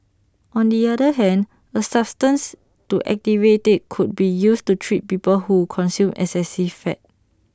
on the other hand A substance to activate IT could be used to treat people who consume excessive fat